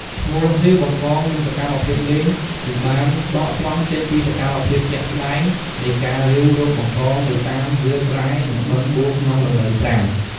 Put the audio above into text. ឈ្មោះ រាវបង្កង និងសកម្មភាពលេង គឺបានដកស្រង់ចេញពីសកម្មភាពជាក់ស្តែងនៃការរាវរកបង្កងនៅតាមវាលស្រែ ឬបឹងបួរក្នុងរដូវប្រាំង។